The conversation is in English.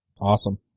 awesome